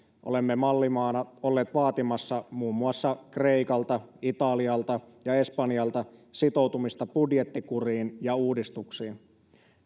olemme mallimaana olleet vaatimassa muun muassa kreikalta italialta ja espanjalta sitoutumista budjettikuriin ja uudistuksiin